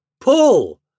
pull